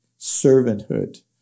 servanthood